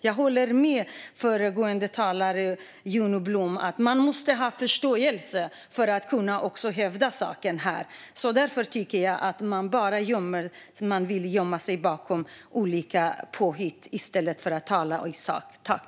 Jag håller med föregående talare, Juno Blom, om att man måste ha förståelse för att kunna hävda saken här. Därför tycker jag att man bara vill gömma sig bakom olika påhitt i stället för att tala sakligt.